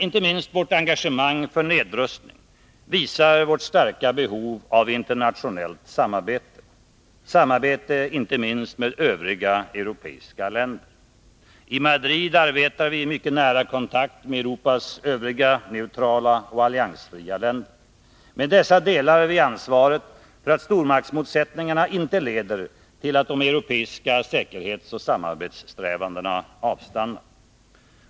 Inte minst vårt engagemang för nedrustning visar vårt starka behov av internationellt samarbete, inte minst med övriga europeiska länder. I Madrid arbetar vi i mycket nära kontakt med Europas övriga neutrala och alliansfria länder. Med dessa delar vi ansvaret för att stormaktsmotsättningarna inte leder till att de europeiska säkerhetsoch samarbetssträvandena avstannar.